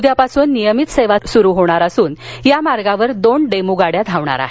उद्यापासून नियमित सेवा सुरू होणार असून या मार्गावर दोन डेमू गाड्या धावणार आहेत